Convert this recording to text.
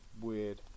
weird